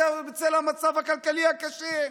בצל המצב הכלכלי הקשה.